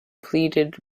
pleaded